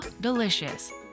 delicious